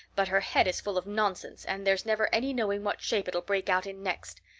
but her head is full of nonsense and there's never any knowing what shape it'll break out in next.